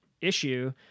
issue